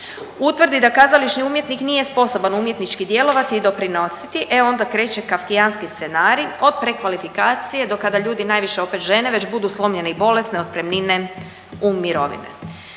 utvrdi da kazališni umjetnik nije sposoban umjetnički djelovati i doprinositi e onda kreće kafkijanski od prekvalifikacije do kada ljudi, najviše opet žene već budu slomljene i bolesne, otpremnine u mirovine.